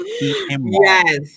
Yes